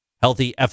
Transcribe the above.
Healthy